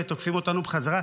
ותוקפים אותנו חזרה.